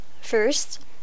First